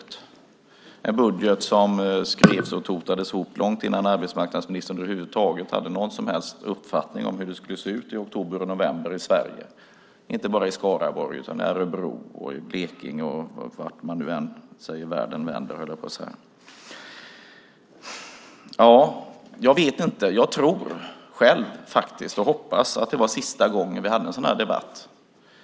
Det var en budget som skrevs och totades ihop långt innan arbetsmarknadsministern över huvud taget hade någon som helst uppfattning om hur det skulle se ut i oktober och november i Sverige - inte bara i Skaraborg utan också i Örebro och Blekinge och vart än man vänder sig i världen. Jag tror och hoppas att det är sista gången vi har en sådan här debatt.